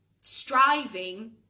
striving